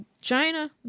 China